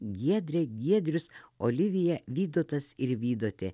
giedrė giedrius olivija vydotas ir vydotė